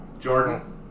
Jordan